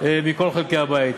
מכל חלקי הבית.